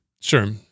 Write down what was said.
Sure